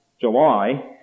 July